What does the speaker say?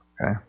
Okay